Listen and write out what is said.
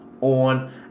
on